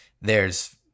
theres